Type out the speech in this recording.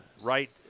right